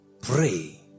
Pray